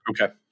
Okay